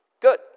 Good